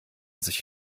sich